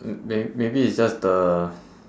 uh maybe maybe it's just the